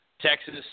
Texas